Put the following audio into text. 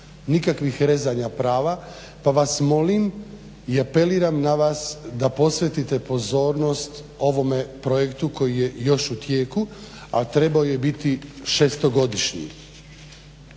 nikakvih rezanja prava pa vas molim i apeliram na vas da posvetite pozornost ovome projektu koji je još u tijeku, a trebao je biti šestogodišnji.